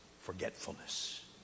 forgetfulness